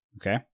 Okay